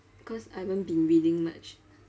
cause I haven't been reading much